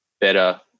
better